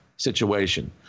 situation